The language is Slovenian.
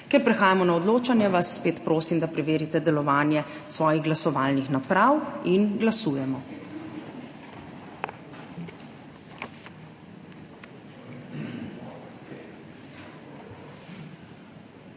Ker prehajamo na odločanje, vas prosim, da preverite delovanje svojih glasovalnih naprav. Glasujemo.